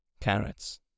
carrots